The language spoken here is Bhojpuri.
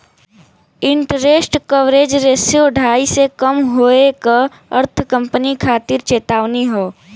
इंटरेस्ट कवरेज रेश्यो ढाई से कम होये क अर्थ कंपनी खातिर चेतावनी हौ